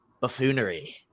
buffoonery